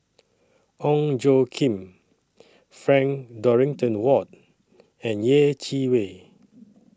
Ong Tjoe Kim Frank Dorrington Ward and Yeh Chi Wei